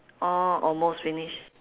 all almost finish